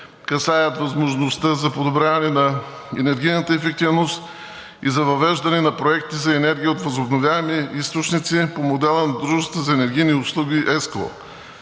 касаят възможността за подобряване на енергийната ефективност и за въвеждане на проекти за енергия от възобновяеми източници по модела на дружествата за енергийни услуги ЕСКО.